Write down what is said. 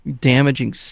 damaging